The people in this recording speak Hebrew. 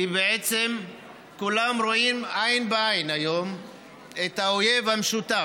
כי בעצם כולם רואים היום עין בעין את האויב המשותף,